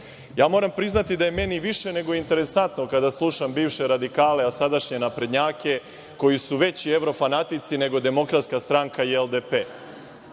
Evrope. Moram priznati da je meni više nego interesantno kada slušam bivše radikale, a sadašnje naprednjake, koji su veći evrofanatici, nego Demokratska stranka i LDP.